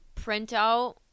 printout